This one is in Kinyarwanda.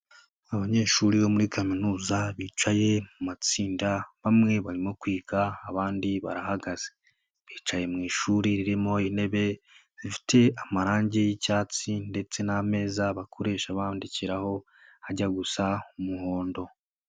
Abanyeshuri bo muri Kaminuza, bicaye mu matsinda, bamwe barimo kwiga, abandi barahagaze. Bicaye mu ishuri ririmo intebe zifite amarangi y'icyatsi ndetse n'ameza bakoresha bandikiraho, ajya gusa umuhondo.